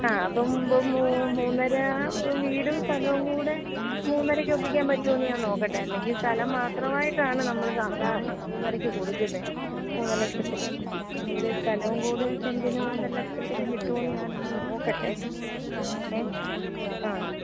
ആ അപ്പം മൂന്ന് മൂന്നര വീടും സ്ഥലവും കൂടെ മൂന്നരയ്ക്ക് ഒപ്പിക്കാം പറ്റോന്ന് ഞാൻ നോക്കട്ടെ അല്ലെങ്കിൽ സ്ഥലം മാത്രവായിട്ടാണ് നമ്മൾ സാധാരണ മൂന്നരയ്ക്ക് കൊടുക്കുന്നത് മൂന്നര ലക്ഷത്തിന് വീടും സ്ഥലവും കൂടെ സെൻറ്റിന് മൂന്നര ലക്ഷത്തിന് കിട്ടുവോന്ന് ഞാനൊന്ന് നോക്കട്ടെ ഏ ആ